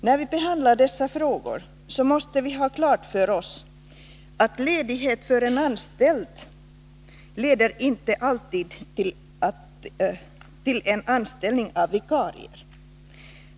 När vi behandlar dessa frågor, måste vi ha klart för oss att ledighet för en anställd inte alltid leder till anställning av vikarie.